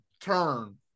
turn